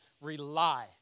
rely